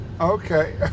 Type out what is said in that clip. Okay